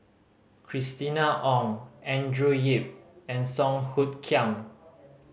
Christina Ong Andrew Yip and Song Hoot Kiam